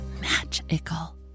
magical